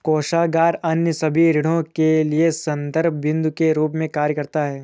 कोषागार अन्य सभी ऋणों के लिए संदर्भ बिन्दु के रूप में कार्य करता है